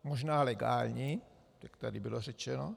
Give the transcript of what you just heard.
Možná legální, jak tady bylo řečeno.